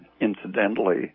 incidentally